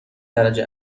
درجه